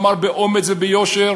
אמר באומץ וביושר